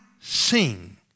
sing